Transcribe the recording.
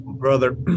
Brother